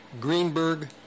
Greenberg